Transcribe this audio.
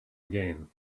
again